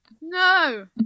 No